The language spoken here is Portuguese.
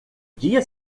dia